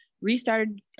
restarted